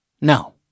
No